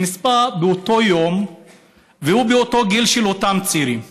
שנספה באותו יום והוא באותו גיל של אותם צעירים.